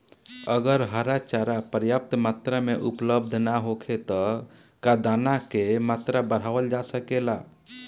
अगर हरा चारा पर्याप्त मात्रा में उपलब्ध ना होखे त का दाना क मात्रा बढ़ावल जा सकेला?